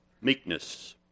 meekness